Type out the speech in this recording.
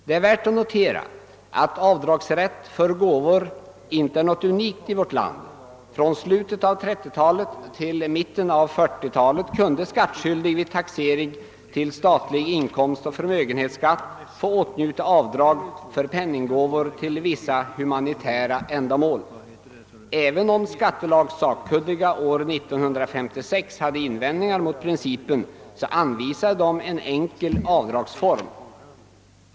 Det är värt att notera att avdragsrätt för gåvor inte är något unikt i vårt land. Från slutet av 1930-talet till mitten av 1940-talet kunde skattskyldig vid taxering till statlig inkomstoch förmögenhetsskatt få åtnjuta avdrag för penninggåvor till vissa humanitära ändamål. Även om skattelagsakkunniga år 1956 hade invändningar mot principen, anvisade de en enkel avdragsform.